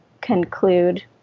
conclude